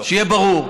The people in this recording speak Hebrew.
שיהיה ברור.